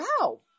wow